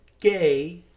gay